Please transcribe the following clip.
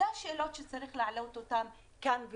אלה השאלות שצריך להעלות אותן כאן,